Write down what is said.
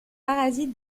parasites